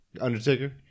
Undertaker